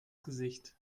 gesicht